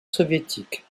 soviétique